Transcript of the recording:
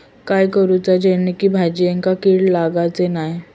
काय करूचा जेणेकी भाजायेंका किडे लागाचे नाय?